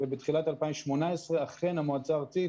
ובתחילת 2018 אכן המועצה הארצית,